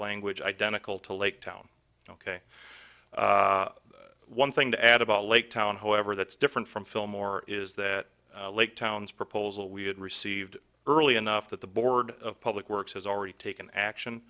language identical to lake town ok one thing to add about lake town whoever that's different from fillmore is that lake towns proposal we had received early enough that the board of public works has already taken